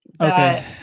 Okay